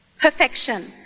perfection